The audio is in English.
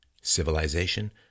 civilization